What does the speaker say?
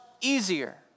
easier